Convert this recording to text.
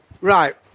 Right